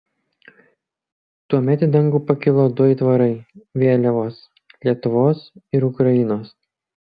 tuomet į dangų pakilo du aitvarai vėliavos lietuvos ir ukrainos